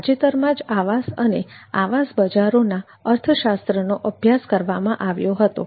તાજેતરમાં જ આવાસ અને આવાસ બજારોના અર્થશાસ્ત્રનો અભ્યાસ કરવામાં આવ્યો હતો